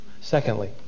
Secondly